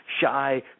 shy